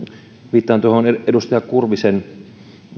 viittaan edustaja kurvisen